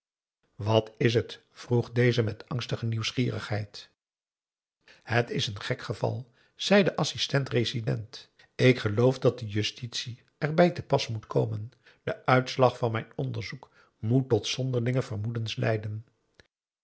wat is het vroeg deze met angstige nieuwsgierigheid p a daum de van der lindens c s onder ps maurits het is een gek geval zei de assistent-resident ik geloof dat de justitie er bij te pas moet komen de uitslag van mijn onderzoek moet tot zonderlinge vermoedens leiden